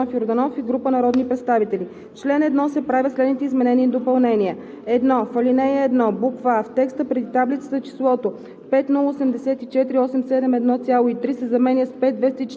Комисията не подкрепя предложението. Предложение на народния представител Георги Йорданов Йорданов и група народни представители: „В чл. 1 се правят следните изменения и допълнения: 1. В ал. 1: а) в текста преди таблицата числото